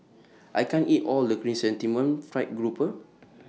I can't eat All of The Chrysanthemum Fried Grouper